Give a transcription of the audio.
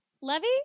Levy